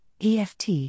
EFT